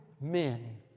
men